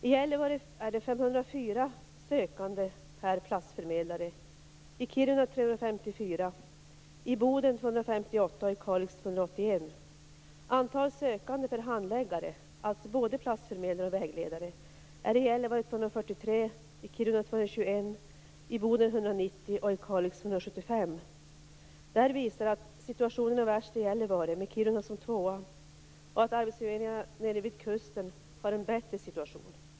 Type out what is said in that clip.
I Gällivare är det 504 sökande per platsförmedlare, i Kiruna 354, i Boden 258 och i Kalix 181. Antal sökande per handläggare, alltså både platsförmedlare och vägledare, är i Gällivare 243, i Kiruna 221, i Boden 190 och i Kalix 175. Det här visar att situationen är värst i Gällivare med Kiruna som tvåa och att arbetsförmedlingarna vid kusten har en bättre situation.